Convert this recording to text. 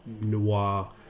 noir